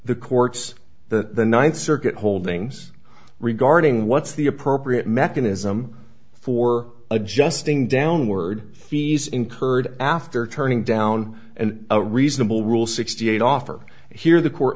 the courts that the ninth circuit holdings regarding what's the appropriate mechanism for adjusting downward fees incurred after turning down and a reasonable rule sixty eight offered here the court